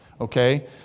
Okay